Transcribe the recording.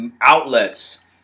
outlets